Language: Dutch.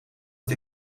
dat